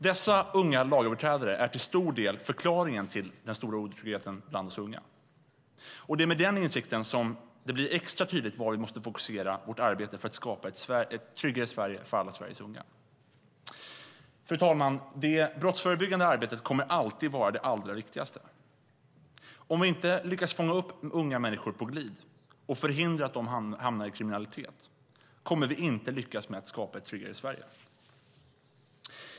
Dessa unga lagöverträdare är till stor del förklaringen till den stora otryggheten bland oss unga. Det är med den insikten som det blir extra tydligt var vi måste fokusera vårt arbete för att skapa ett tryggare Sverige för alla Sveriges unga. Fru talman! Det brottsförebyggande arbetet kommer alltid att vara det allra viktigaste. Om vi inte lyckas fånga upp unga människor på glid, och förhindra att de hamnar i kriminalitet, kommer vi inte att lyckas med att skapa ett tryggare Sverige.